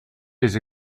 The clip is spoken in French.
les